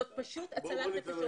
זו פשוט הצלת נפשות.